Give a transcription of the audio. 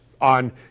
on